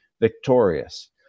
victorious